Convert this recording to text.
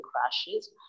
crashes